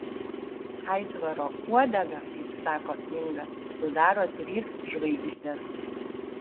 aitvaro uodegą kaip sako inga sudaro trys žvaigždės